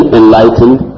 enlightened